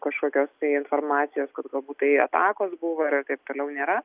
kažkokios tai informacijos kad galbūt tai atakos buvo ir taip toliau nėra